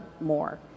more